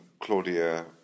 Claudia